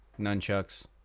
Nunchucks